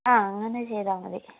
ആ അങ്ങനെ ചെയ്താൽ മതി